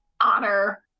honor